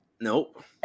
Nope